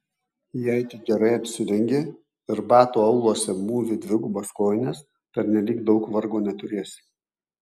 jei tik gerai apsirengi ir batų auluose mūvi dvigubas kojines pernelyg daug vargo neturėsi